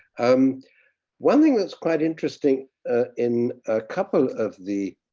um one thing that's quite interesting in a couple of the